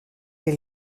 les